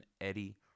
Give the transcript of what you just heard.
Eddie